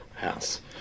house